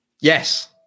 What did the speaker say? Yes